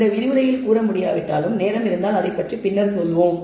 இந்த விரிவுரையில் கூற முடியாவிட்டாலும் நேரம் இருந்தால் அதை பற்றி பின்னர் சொல்வோம்